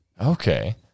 Okay